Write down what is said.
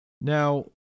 Now